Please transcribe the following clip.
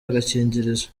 agakingirizo